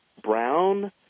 brown